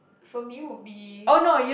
from you would be